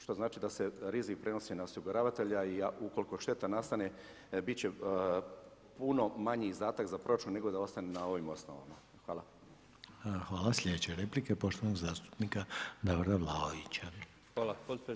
Što znači da se rizik prenosi na osiguravatelja i ukoliko šteta nastane biti će puno manji izdatak za proračun nego da ostane na ovim osnovama.